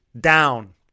down